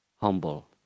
humble